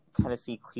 Tennessee